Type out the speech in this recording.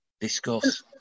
Discuss